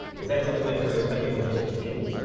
is that something that you're expecting will just continue?